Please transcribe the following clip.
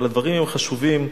אבל הדברים הם חשובים,